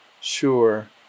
sure